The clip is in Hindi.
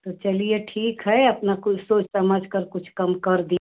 तो चलिए ठीक है अपना कुछ सोच समझ कुछ कम कर दी